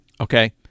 Okay